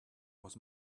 was